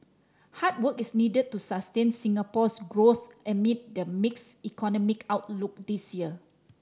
hard work is needed to sustain Singapore's growth amid the mixed economic outlook this year